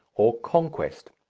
or conquest.